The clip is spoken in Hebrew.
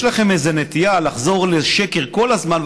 יש לכם איזה נטייה לחזור על שקר כל הזמן,